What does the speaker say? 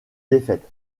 défaite